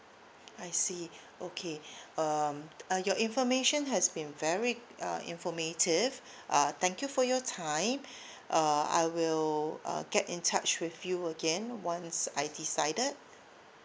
I see okay um uh your information has been very uh informative uh thank you for your time uh I will get in touch with you again once I decided